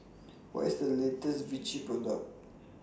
What IS The latest Vichy Product